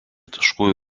taškų